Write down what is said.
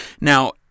Now